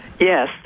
Yes